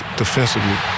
defensively